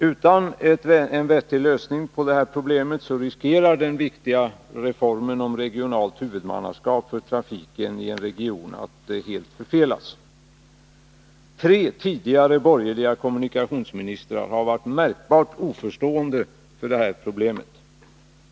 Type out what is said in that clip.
Utan en vettig lösning på det här problemet riskerar den viktiga reformen om regionalt huvudmannaskap för trafiken i en region att helt förfelas. Tre tidigare borgerliga kommunikationsministrar har varit märkbart oförstående för problemet.